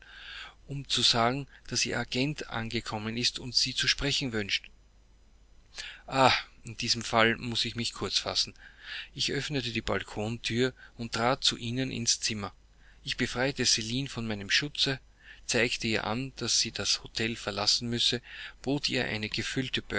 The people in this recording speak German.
um zu sagen daß ihr agent angekommen ist und sie zu sprechen wünscht ah in diesem falle muß ich mich kurz fassen ich öffnete die balkonthür und trat zu ihnen ins zimmer ich befreite celine von meinem schutze zeigte ihr an daß sie das hotel verlassen müsse bot ihr eine